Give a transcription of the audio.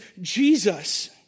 Jesus